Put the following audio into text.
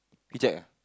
he check ah